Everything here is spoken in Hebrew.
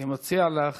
אני מציע לך